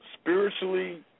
spiritually